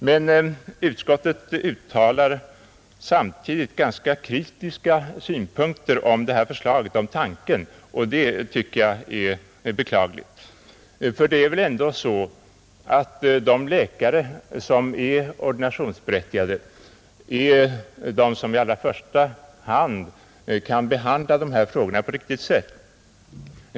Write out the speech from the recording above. Men utskottet uttalar samtidigt ganska kritiska synpunkter på tanken med det här förslaget, och det tycker jag är beklagligt. Ty det är väl ändå så att de läkare som är ordinationsberättigade är de som i allra första hand kan behandla dessa frågor på riktigt sätt.